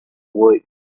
week